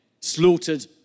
slaughtered